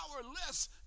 powerless